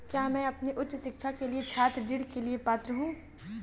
क्या मैं अपनी उच्च शिक्षा के लिए छात्र ऋण के लिए पात्र हूँ?